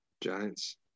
Giants